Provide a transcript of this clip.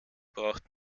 braucht